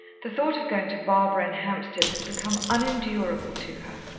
the thought of going to barbara in hampstead had become unendurable to her.